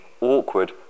awkward